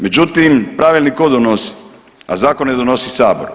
Međutim pravilnik tko donosi a zakon ne donosi Sabor.